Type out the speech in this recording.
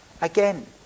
again